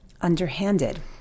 underhanded